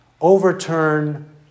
overturn